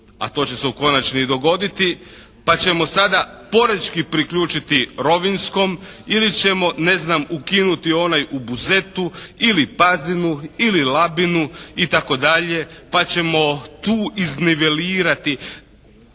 a to će se u konačnici dogoditi pa ćemo sada porečki priključiti rovinjskom ili ćemo ne znam ukinuti onaj u Buzetu ili Pazinu, ili Labinu itd. pa ćemo tu iznivelirati